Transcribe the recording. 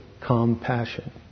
compassion